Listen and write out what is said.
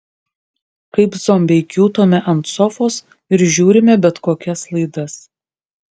kaip zombiai kiūtome ant sofos ir žiūrime bet kokias laidas